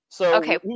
Okay